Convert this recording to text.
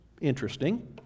Interesting